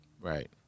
Right